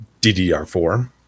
ddr4